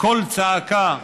קול צעקה,